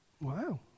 Wow